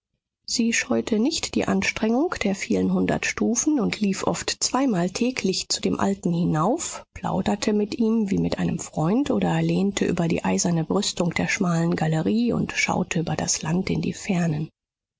sie scheute nicht die anstrengung der vielen hundert stufen und lief oft zweimal täglich zu dem alten hinauf plauderte mit ihm wie mit einem freund oder lehnte über die eiserne brüstung der schmalen galerie und schaute über das land in die fernen